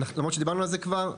למרות שדיברנו על זה כבר.